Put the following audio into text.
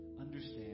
understand